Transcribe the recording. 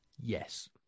Yes